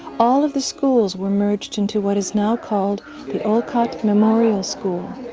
all of the schools were merged in to what is now called the olcott memorial school.